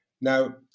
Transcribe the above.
Now